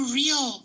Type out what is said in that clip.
real